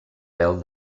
vel